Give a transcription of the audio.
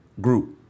group